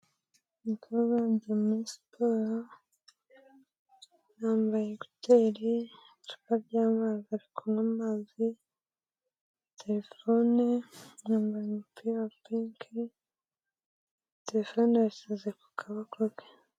Umukobwa yagiye muri sporo, yambaye ekuteri, afite icupa ry'amazi, ari kunywa amazi, telefone, yambaye umupira wa pinki, telefone ayisize ku kaboko ke.